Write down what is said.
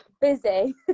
busy